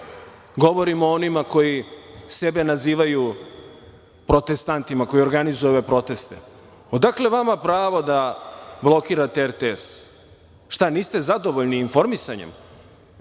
govorim o onima koji sebe nazivaju protestantima, koji organizuju ove proteste, odakle vama pravo da blokirate RTS? Šta, niste zadovoljni informisanjem?